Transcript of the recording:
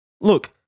Look